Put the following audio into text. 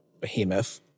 behemoth